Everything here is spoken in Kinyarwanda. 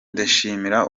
ndashimira